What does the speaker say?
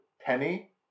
penny